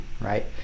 right